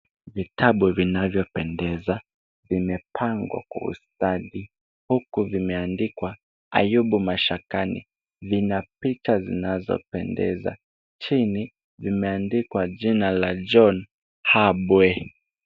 Vitabu vinavyopendeza vimepangwa kwa ustadi huku vimeandikwa Ayubu mashakani. Ina picha zinazopendeza, chini imeandikwa jina la John Habwe.